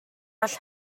all